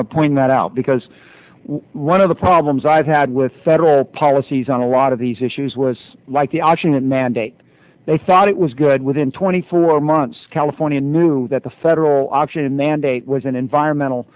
know point that out because one of the problems i've had with federal policies on a lot of these issues was like the ocean and mandate they thought it was good within twenty four months california knew that the federal option than date was an environmental